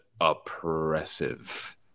oppressive